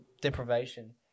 deprivation